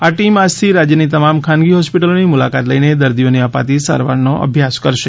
આ ટીમ આજથી રાજ્યની તમામ ખાનગી હોસ્પીટલોની મુલાકાત લઇને દર્દીઓને અપાતી સારવારનો અભ્યાસ કરશે